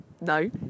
No